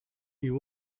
you